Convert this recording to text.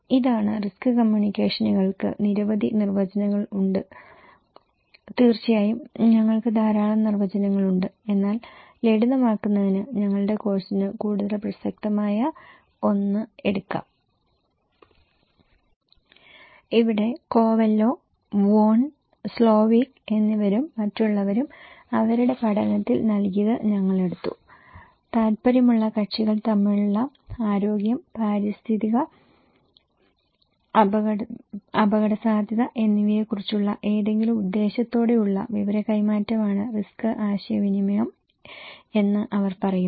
ഇപ്പോൾ ഇതാണ് റിസ്ക് കമ്മ്യൂണിക്കേഷനുകൾക്ക് നിരവധി നിർവചനങ്ങൾ ഉണ്ട് തീർച്ചയായും ഞങ്ങൾക്ക് ധാരാളം നിർവചനങ്ങൾ ഉണ്ട് എന്നാൽ ലളിതമാക്കുന്നതിന് ഞങ്ങളുടെ കോഴ്സിന് കൂടുതൽ പ്രസക്തമായ ഒന്ന് എടുക്കാം ഇവിടെ കോവെല്ലോ വോൺ സ്ലോവിക്ക് എന്നിവരും മറ്റുള്ളവരും അവരുടെ പഠനത്തിൽ നൽകിയത് ഞങ്ങൾ എടുത്തു താൽപ്പര്യമുള്ള കക്ഷികൾ തമ്മിലുള്ള ആരോഗ്യം പാരിസ്ഥിതിക അപകടസാധ്യത എന്നിവയെക്കുറിച്ചുള്ള ഏതെങ്കിലും ഉദ്ദേശ്യത്തോടെയുള്ള വിവര കൈമാറ്റമാണ് റിസ്ക് ആശയവിനിമയം എന്ന് അവർ പറയുന്നു